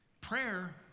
Prayer